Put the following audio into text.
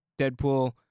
Deadpool